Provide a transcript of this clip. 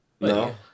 No